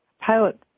pilot